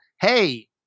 hey